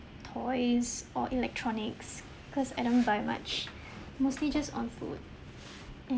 toys or electronics cause I don't buy much mostly just on food